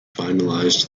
finalized